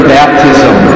baptism